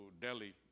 Delhi